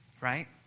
right